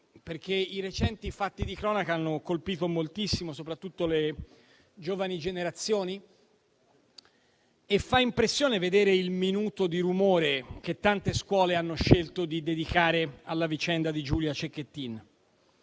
voce. I recenti fatti di cronaca hanno colpito moltissimo soprattutto le giovani generazioni e fa impressione vedere il minuto di rumore che tante scuole hanno scelto di dedicare alla vicenda di Giulia Cecchettin.